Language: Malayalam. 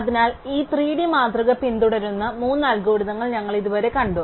അതിനാൽ ഈ 3D മാതൃക പിന്തുടരുന്ന മൂന്ന് അൽഗോരിതങ്ങൾ ഞങ്ങൾ ഇതുവരെ കണ്ടു